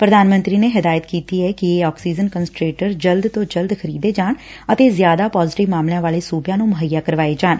ਪ੍ਰਧਾਨ ਮੰਤਰੀ ਨੇ ਹਦਾਇਤ ਕੀਤੀ ਐ ਕਿ ਇਹ ਆਕਸੀਜਨ ਕੰਨਸਨਟਰੇਟਰ ਜਲਦੀ ਤੋਂ ਜਲਦੀ ਖਰੀਦੇ ਜਾਣ ਵਾਲੇ ਜ਼ਿਆਦਾ ਪਾਜ਼ੇਟਿਵ ਮਾਮਲਿਆਂ ਵਾਲੇ ਸੁਬਿਆਂ ਨੂੰ ਮੁਹੱਈਆ ਕਰਵਾਏ ਜਾਣ